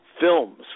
Films